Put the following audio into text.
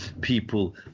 people